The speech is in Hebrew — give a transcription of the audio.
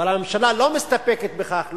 אבל הממשלה לא מסתפקת בכך.